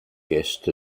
guest